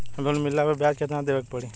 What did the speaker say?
Loan मिलले पर ब्याज कितनादेवे के पड़ी?